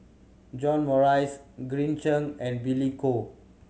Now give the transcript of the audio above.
John Morrice Green Zeng and Billy Koh